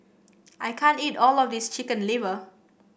I can't eat all of this Chicken Liver